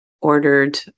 ordered